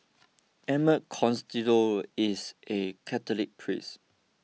Emmett Costello is a Catholic priest